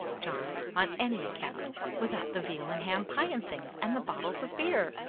john, on any account without the veal and ham pie and things, and the bottles of beer.